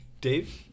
Dave